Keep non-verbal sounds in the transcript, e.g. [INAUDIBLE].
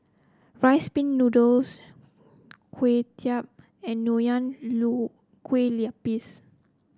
Rice Pin Noodles Kway Chap and Nonya [UNINTELLIGIBLE] Kueh Lapis